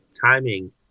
timing